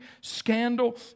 Scandal